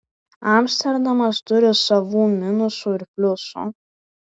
amsterdamas turi savų minusų ir pliusų